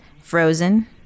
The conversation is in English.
Frozen